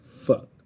fuck